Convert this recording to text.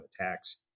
attacks